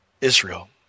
Israel